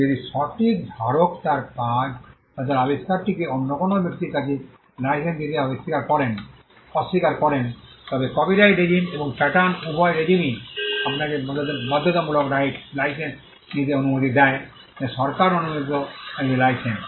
যদি সঠিক ধারক তার কাজ বা তার আবিষ্কারটিকে অন্য কোনও ব্যক্তির কাছে লাইসেন্স দিতে অস্বীকার করেন তবে কপিরাইট রেজিম এবং প্যাটার্ন উভয় রেজিমই আপনাকে বাধ্যতামূলক লাইসেন্স নিতে অনুমতি দেয় যা সরকার অনুমোদিত একটি লাইসেন্স